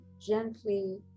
gently